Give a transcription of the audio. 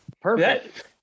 perfect